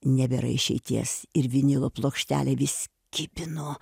nebėra išeities ir vinilo plokštelė vis kipinu